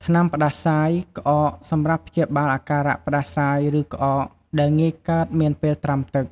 ថ្នាំផ្តាសាយ ក្អក សម្រាប់ព្យាបាលអាការៈផ្តាសាយ ឬក្អកដែលងាយកើតមានពេលត្រាំទឹក។